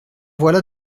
voilà